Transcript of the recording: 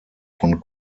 von